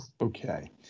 Okay